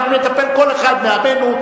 כל אחד מעמנו,